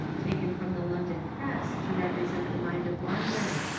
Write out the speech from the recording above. taken from the london press to represent the mind of london.